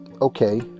okay